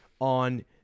on